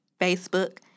Facebook